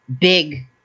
big